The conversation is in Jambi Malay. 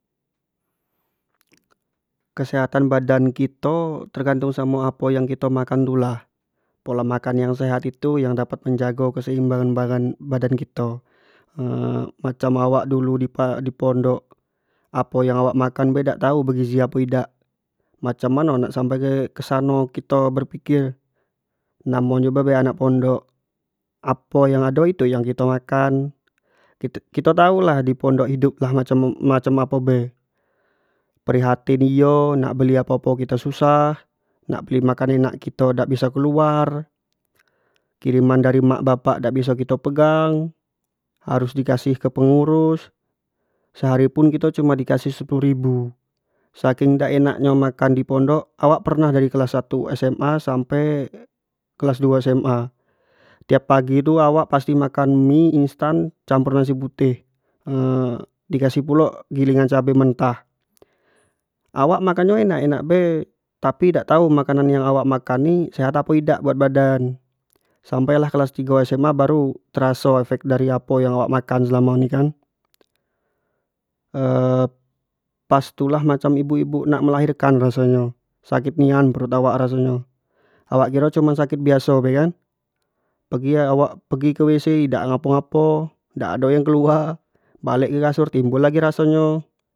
Kesehatan badan kito tergantung samo apo yang kito makan tu lah, pola makan yang sehat itu yang dapat menjago keseimbangan badang-badang kito macam awak dulu di pa-di pondok apo yang awak makan be dak tau bergizi apo idak, macam mano nak sampai di sano kito berpikir namo nyo be anak pondok, apo yang ado itu yang kito makan, kito-kito tau lah di pondok ni, hidup lah macam ap-macom apo be, prihatin iyo, nak beli apo-apo kito susah, nak beli makan enak kito dak bisa keluar, kiriman dari emak bapak dak biso kito pegang, harus di kasih ke pengurus, sehari pun kito cuma di kasih sepuluh ribu, saking dak enak nyo makan di pondok awak pernah dari kelas satu SMA sampe kelas duo SMA tiap pagi tu awak pasti makan mie instan campur nasi putih di kasih pulo gilingan cabe mentah, awak makan nyo enak-enak bae tapi dak tau makanan yang awak makan ni sehat apo idak buat badan sampai lah kelas tigo SMA baru teraso efek dari apo yang awak makan selamo ini kan pas tu lah macam ibuk-ibuk nak melahirkan raso nyo, sakit nian perut awak raso nyo, awak kiro cuma sakit biaso tu kan, awak pergi ke wc idak ngapo-ngapo dak do yang kelaur, balek lagi ke kasur timbul lagi raso nyo.